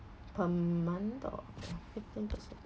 per month or fifteen percent